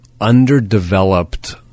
underdeveloped